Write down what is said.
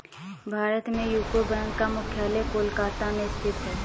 भारत में यूको बैंक का मुख्यालय कोलकाता में स्थित है